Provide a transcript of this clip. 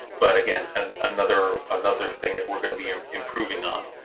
but again and another another thing that we're going to be ah improving on.